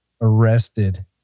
arrested